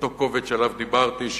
באותו קובץ שעליו דיברתי,